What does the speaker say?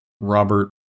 Robert